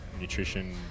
nutrition